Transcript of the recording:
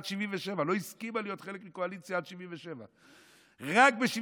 עד 1977. היא לא הסכימה להיות חלק מקואליציה עד 1977. רק ב-1977,